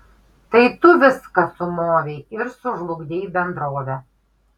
tai tu viską sumovei ir sužlugdei bendrovę